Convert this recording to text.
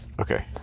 Okay